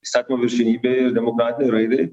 įstatymo viršenybei ir demokratinei raidai